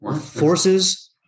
forces